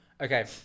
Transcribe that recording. Okay